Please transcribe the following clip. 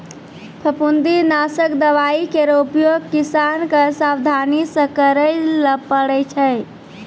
फफूंदी नासक दवाई केरो उपयोग किसान क सावधानी सँ करै ल पड़ै छै